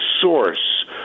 source